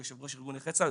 שהוא יושב ראש נכי צה"ל,